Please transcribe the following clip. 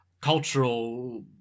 cultural